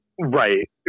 right